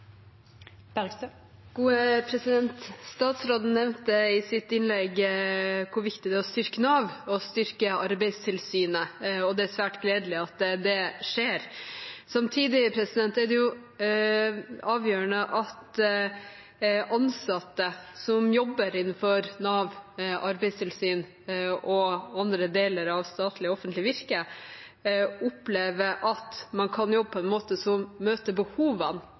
å styrke Nav og styrke Arbeidstilsynet, og det er svært gledelig at det skjer. Samtidig er det avgjørende at ansatte som jobber innenfor Nav, arbeidstilsyn og andre deler av statlig offentlig virke, opplever at man kan jobbe på en måte som møter behovene,